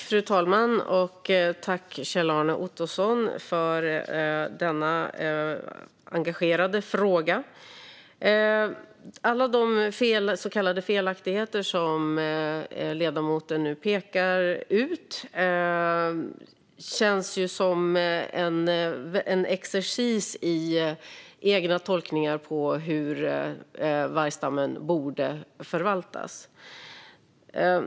Fru talman! Tack, Kjell-Arne Ottosson, för denna engagerade fråga! Alla de så kallade felaktigheter som ledamoten nu pekar ut känns som en exercis i egna tolkningar av hur vargstammen borde förvaltas.